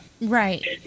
Right